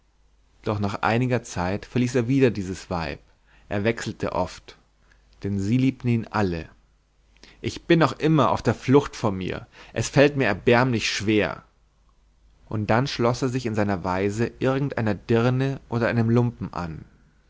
doch nach einiger zeit verließ er wieder dieses weib er wechselte oft denn sie liebten ihn alle ich bin noch immer auf der flucht vor mir es fällt erbärmlich schwer und dann schloß er sich in seiner weise irgend einer dirne oder einem lumpen an